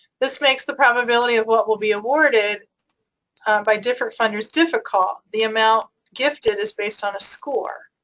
this makes the probability of what will be awarded by different funders difficult. the amount gifted is based on a score.